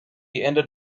ended